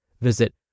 Visit